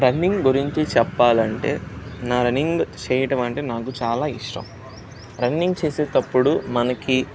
running గురించి చెప్పాలి అంటే నా రన్నింగ్ చేయటం అంటే నాకు చాలా ఇష్టం రన్నింగ్ చేసేటప్పుడు మనకు